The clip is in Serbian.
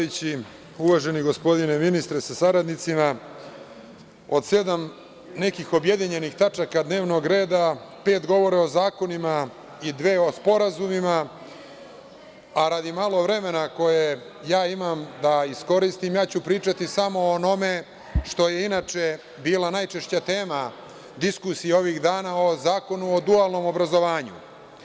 Uvaženi gospodine ministre sa saradnicima, od nekih sedam objedinjenih tačaka dnevnog reda, pet govore o zakonima i dve o sporazumima, a radi malo vremena koje ja imam da iskoristim, ja ću pričati samo o onome što je inače bila najčešća tema diskusije ovih dana, o zakonu o dualnom obrazovanju.